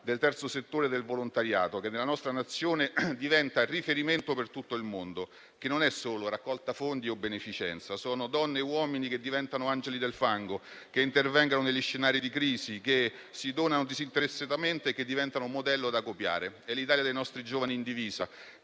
del terzo settore, del volontariato, che nella nostra Nazione diventa riferimento per tutto il mondo, che non è solo raccolta fondi o beneficenza, ma sono donne e uomini che diventano angeli del fango, che intervengano negli scenari di crisi, che si donano disinteressatamente e che diventano un modello da copiare. È l'Italia dei nostri giovani in divisa,